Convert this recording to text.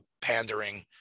pandering